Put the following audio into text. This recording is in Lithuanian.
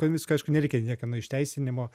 koncvickiui aišku nereikia niekeno išteisinimo